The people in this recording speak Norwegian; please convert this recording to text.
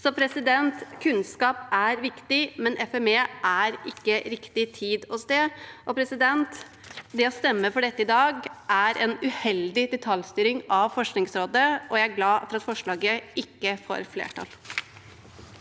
Så kunnskap er viktig, men FME er ikke riktig tid og sted. Det å stemme for dette i dag er en uheldig detaljstyring av Forskningsrådet, og jeg er glad for at forslaget ikke får flertall.